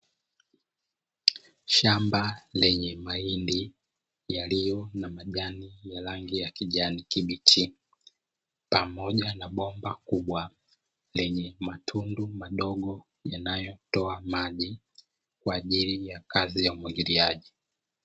Shamba lenye mahindi yaliyo na majani ya rangi ya kijani kibichi pamoja na bomba kubwa lenye matundu madogo yanayotoa maji kwa ajili ya kazi ya umwagiliaji.